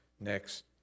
next